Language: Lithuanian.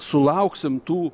sulauksim tų